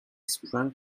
sprang